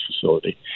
facility